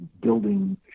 building